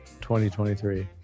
2023